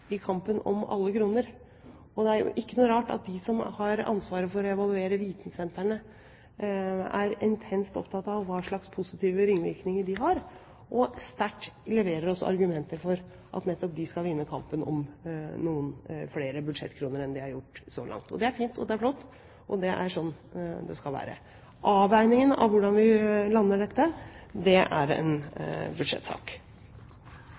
i kampen om alle kronene. Det er jo ikke noe rart at de som har ansvaret for å evaluere vitensentrene, er intenst opptatt av hva slags positive ringvirkninger de har, og sterkt leverer oss argumenter for at nettopp de skal vinne kampen om noen flere budsjettkroner enn de har fått så langt. Det er fint og det er flott, og det er sånn det skal være. Avveiningen av hvordan vi lander dette, er en